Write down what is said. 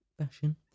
Fashion